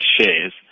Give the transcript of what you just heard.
shares